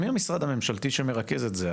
מי המשרד הממשלתי שמרכז את זה?